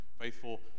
faithful